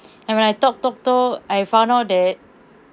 and when I talk talk talk I found out that